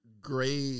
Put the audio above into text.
great